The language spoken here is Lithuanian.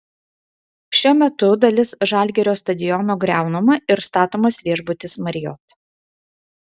šiuo metu dalis žalgirio stadiono griaunama ir statomas viešbutis marriott